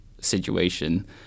situation